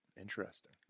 interesting